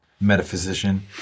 metaphysician